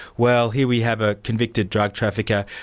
well here we have a convicted drug trafficker,